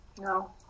No